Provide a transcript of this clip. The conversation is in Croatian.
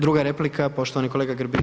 Druga replika poštovani kolega Grbin.